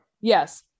Yes